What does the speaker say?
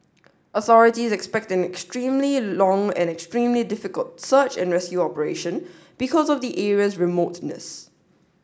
authorities expect an extremely long and extremely difficult search and rescue operation because of the area's remoteness